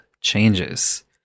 changes